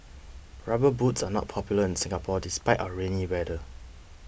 rubber boots are not popular in Singapore despite our rainy weather